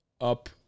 up